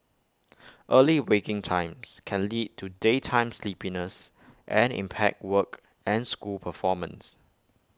early waking times can lead to daytime sleepiness and impaired work and school performance